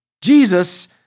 Jesus